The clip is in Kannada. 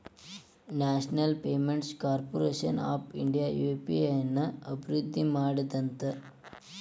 national payments corporation of India UPI ನ ಅಭಿವೃದ್ಧಿ ಮಾಡ್ಯಾದಂತ